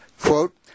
quote